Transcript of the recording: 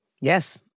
Yes